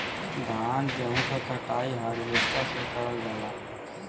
धान गेहूं क कटाई हारवेस्टर से करल जाला